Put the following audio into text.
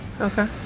Okay